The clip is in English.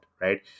right